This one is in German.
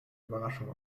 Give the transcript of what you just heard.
überraschung